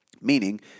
meaning